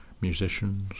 musicians